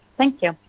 thank you.